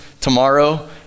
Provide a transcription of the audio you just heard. tomorrow